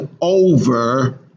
over